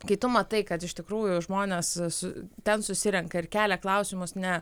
kai tu matai kad iš tikrųjų žmonės su ten susirenka ir kelia klausimus ne